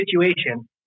situation